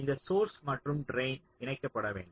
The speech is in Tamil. இந்த சோர்ஸ் மற்றும் ட்ரைன் இணைக்கப்பட வேண்டும்